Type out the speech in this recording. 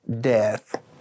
death